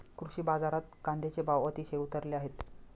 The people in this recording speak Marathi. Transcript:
कृषी बाजारात कांद्याचे भाव अतिशय उतरले आहेत